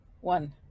One